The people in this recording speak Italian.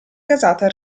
casata